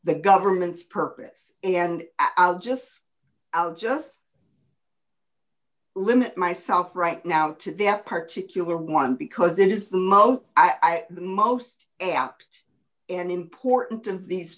the government's purpose and i'll just i'll just limit myself right now to that particularly one because it is the most i am most apt and important in these